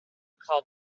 called